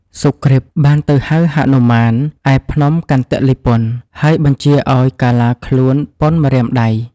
សុគ្រីពបានទៅហៅហនុមាន ឯភ្នំកន្ទលីពន ហើយបញ្ជាឱ្យកាឡាខ្លួនប៉ុនម្រាមដៃ។